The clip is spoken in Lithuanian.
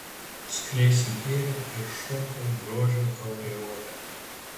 skleisiu gėrio ir šokio grožio aureolę